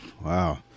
Wow